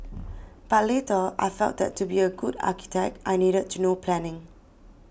but later I felt that to be a good architect I needed to know planning